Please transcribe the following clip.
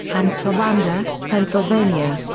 and towanda, pennsylvania.